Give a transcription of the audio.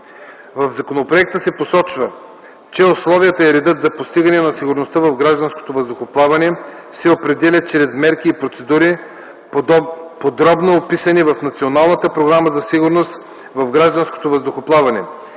В законопроекта се посочва, че условията и редът за постигане на сигурността в гражданското въздухоплаване се определят чрез мерки и процедури, подробно описани в Националната програма за сигурност в гражданското въздухоплаване.